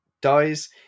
dies